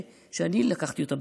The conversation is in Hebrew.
שאני בעיקר לקחתי אותה,